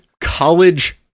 college